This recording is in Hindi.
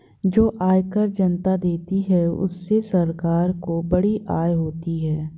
जो आयकर जनता देती है उससे सरकार को बड़ी आय होती है